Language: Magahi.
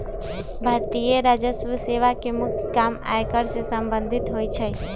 भारतीय राजस्व सेवा के मुख्य काम आयकर से संबंधित होइ छइ